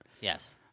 Yes